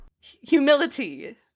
humility